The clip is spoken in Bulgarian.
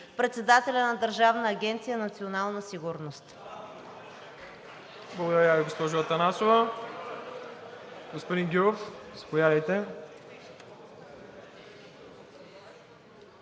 председателя на Държавна агенция „Национална сигурност“.